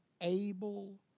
able